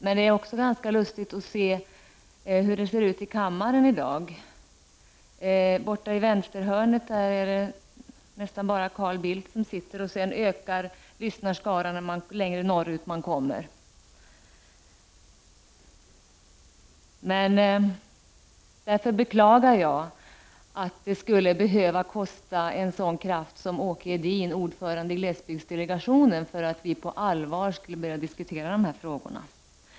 Men samtidigt måste jag säga att det ser ganska lustigt ut i kammaren i dag. Borta i vänstra hörnet, sett från talarstolen, finns väl bara Carl Bildt. Men sedan ökar lyssnarskaran så att säga ju längre norrut man kommer. Jag beklagar att det skulle behöva kosta så mycket som förlusten av en sådan kraft som Åke Edin, som ju varit ordförande i glesbygdsdelegationen, för att vi på allvar skulle börja diskutera dessa frågor.